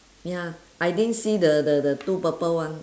ya I didn't see the the the two purple one